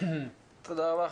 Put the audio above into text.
תודה רבה.